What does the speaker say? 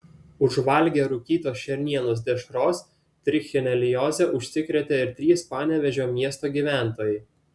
užvalgę rūkytos šernienos dešros trichinelioze užsikrėtė ir trys panevėžio miesto gyventojai